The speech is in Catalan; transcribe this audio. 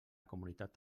comunitat